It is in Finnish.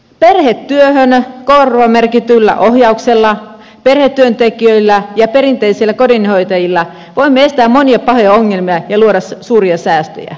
perhetyöhön korvamerkityllä ohjauksella perhetyöntekijöillä ja perinteisillä kodinhoitajilla voimme estää monia pahoja ongelmia ja luoda suuria säästöjä